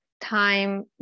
time